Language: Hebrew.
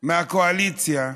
מהקואליציה.